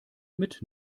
mit